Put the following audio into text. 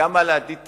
גם על ה-DTT,